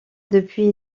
depuis